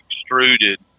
extruded